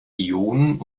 ionen